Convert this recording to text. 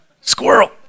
Squirrel